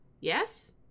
Yes